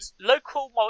Local